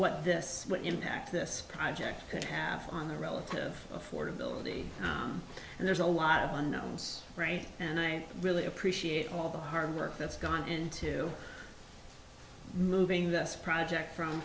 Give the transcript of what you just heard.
what this impact this project could have on the relative affordability and there's a lot of unknowns right and i really appreciate all the hard work that's gone into moving this project from